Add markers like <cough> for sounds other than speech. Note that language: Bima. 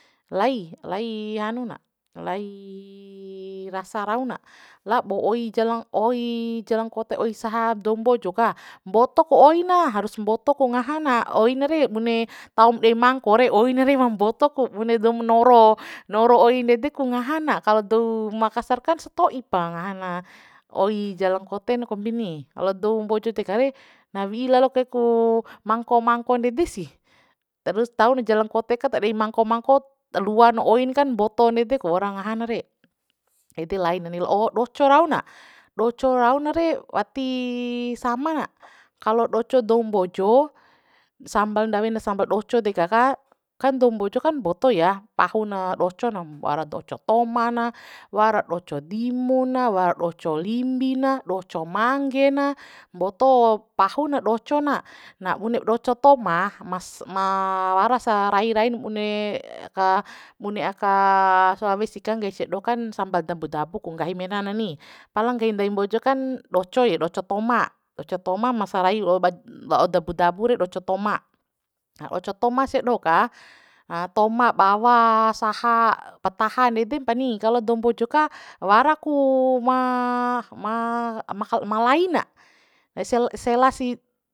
Lai lai hanu na lai rasa rau na lab'o oi jalajng oi jalangkote oi saha dou mbojo ka mbotok oi na harus mboto ku ngaha na oi na re bune taum dei mangko re oi na re ma mboto ku bune doum noro noro oi nede ku ngaha na kalo dou makasarkan sto'i pa ngaha na oi jalangkoten kombi ni kalo dou mbojo dek re na wi'i lalo kai ku mangko mangko nede sih terus taun jalangkote ka ta dei mangko mangko lua na oin kan mboto nede ku waura ngaha na re ede lai na ni la'o doco rau na doco rau na re wati sama na kalo doco dou mbojo sambal ndawin sambal doco deka ka kan dou mbojo kan mboto ya pahu na docona wara doco toma na wara doco dimu na wra doco limbi na doco mangge na mboto pahu na doco na na bune doco toma mas ma waras sarai rai bune <hesitation> ka bune aka sulawesi ka nggahi sia doho kan sambal dabo dabo ku nggahi mema na ni pala nggahi ndai mbojo kan doco ya doco toma doco toma ma sarai lo la'o dabo dabo re doco toma sia doho ka <hesitation> toma bawa saha pataha nede mpani kalo dou mbojo ka wara ku ma ma malai na se- se- sela si